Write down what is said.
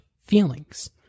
feelings